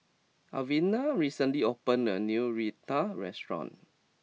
Alvena recently opened a new Raita restaurant